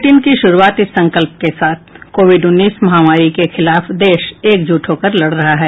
bulletin की शुरूआत इस संकल्प के साथ कोविड उन्नीस महामारी के खिलाफ देश एकजुट होकर लड़ रहा है